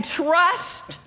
trust